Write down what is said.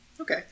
Okay